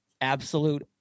absolute